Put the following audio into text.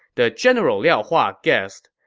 the general liao hua guessed,